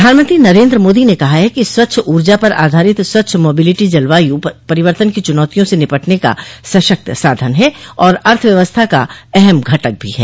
प्रधानमंत्री नरेन्द्र मोदी ने कहा है कि स्वच्छ ऊर्जा पर आधारित स्वच्छ मोबिलिटी जलवायु परिवर्तन की चुनौतियों से निपटने का सशक्त साधन है और अर्थव्यवस्था का अहम घटक भी है